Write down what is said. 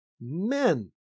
men